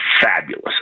fabulous